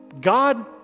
God